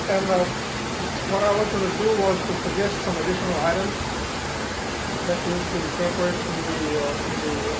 and what i was going do was to suggest some additional items that we need to incorporate in the in the